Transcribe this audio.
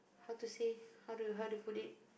how to say how to how to put it